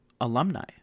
alumni